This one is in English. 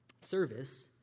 service